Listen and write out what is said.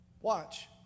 watch